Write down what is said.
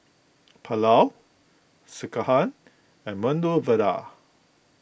Pulao Sekihan and Medu Vada